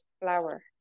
Flower